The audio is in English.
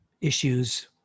issues